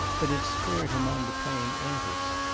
but it spurred him on to playing antics.